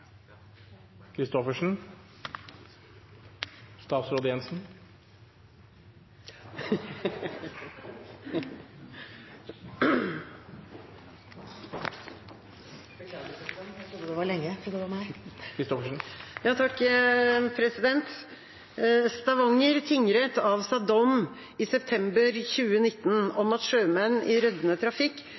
tingrett avsa dom i september 2019 om at sjømenn i Rødne Trafikk